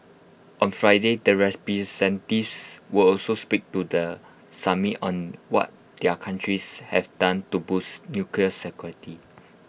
on Friday the will also speak to the summit on what their countries have done to boost nuclear security